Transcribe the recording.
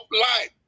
life